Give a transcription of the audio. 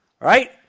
right